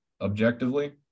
objectively